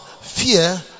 fear